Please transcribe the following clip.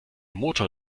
motor